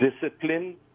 discipline